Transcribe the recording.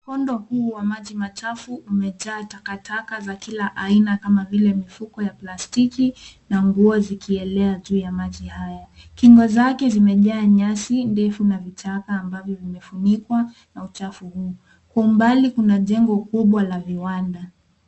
Mkondo huu wa maji machafu umejaa takataka za kila aina kama vile mifuko ya plastiki na nguo zikielea juu ya maji haya. Kingo zake zimejaa nyasi ndefu na vichaka ambavyo vimefunikwa na uchafu huu. Kwa umbali kuna jengo kubwa la viwanda.